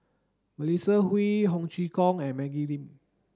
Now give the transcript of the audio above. Melissa Kwee Ho Chee Kong and Maggie Lim